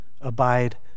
abide